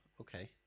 Okay